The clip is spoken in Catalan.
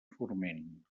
forment